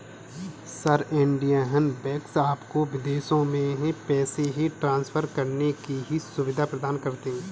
sir, Indian banks आपको विदेशों में पैसे ट्रान्सफर करने की सुविधा प्रदान करते हैं